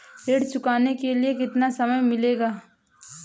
ऋण चुकाने के लिए कितना समय मिलेगा?